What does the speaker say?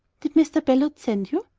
did mr. beloit send you?